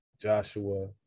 Joshua